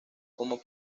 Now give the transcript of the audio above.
como